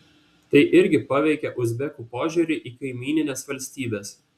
tai irgi paveikė uzbekų požiūrį į kaimynines valstybes